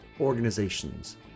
organizations